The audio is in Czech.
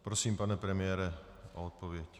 Prosím, pane premiére, o odpověď.